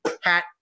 Hat